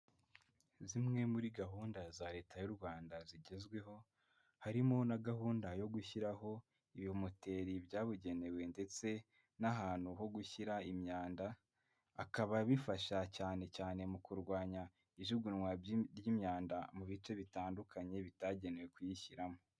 Zimwe muri gahunda za leta y'u Rwanda zigezweho, harimo na gahunda yo gushyiraho ibi moteri byabugenewe ndetse n'ahantu ho gushyira imyanda, akaba bifasha cyane cyane mu kurwanya ijugunywa ry'imyanda mu bice bitandukanye bitagenewe kuyishyiramo.